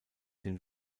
den